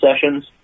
sessions